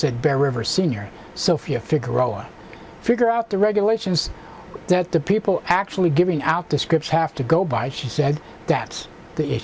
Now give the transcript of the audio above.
said bell river senior sophia figaro figure out the regulations that the people actually giving out the scripts have to go by she said that's the